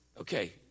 Okay